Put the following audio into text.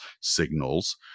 signals